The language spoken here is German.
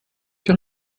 doch